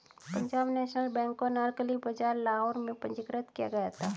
Punjab National Bank को अनारकली बाजार लाहौर में पंजीकृत किया गया था